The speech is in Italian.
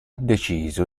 deciso